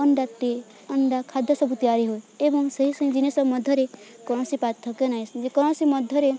ଅଣ୍ଡାଟି ଅଣ୍ଡା ଖାଦ୍ୟ ସବୁ ତିଆରି ହୁଏ ଏବଂ ସେହି ସେହି ଜିନିଷ ମଧ୍ୟରେ କୌଣସି ପାର୍ଥକ୍ୟ ନାହିଁ ଯେକୌଣସି ମଧ୍ୟରେ